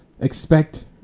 expect